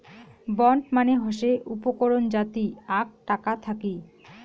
bond মানে হসে উপকরণ যাতি আক টাকা থাকি